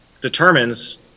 determines